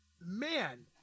man